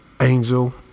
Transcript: angel